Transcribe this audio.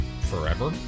forever